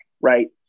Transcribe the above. right